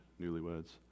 newlyweds